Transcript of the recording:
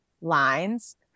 lines